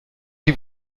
die